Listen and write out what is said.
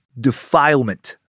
defilement